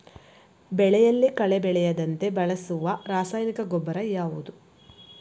ಬೆಳೆಯಲ್ಲಿ ಕಳೆ ಬೆಳೆಯದಂತೆ ಬಳಸುವ ರಾಸಾಯನಿಕ ಗೊಬ್ಬರ ಯಾವುದು?